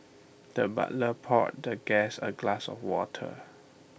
the butler poured the guest A glass of water